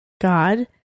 God